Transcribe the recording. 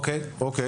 אוקי.